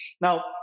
Now